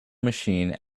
machine